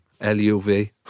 L-U-V